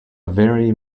very